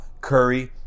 curry